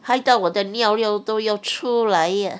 害的我的尿要都要出来呀